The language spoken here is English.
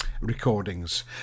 recordings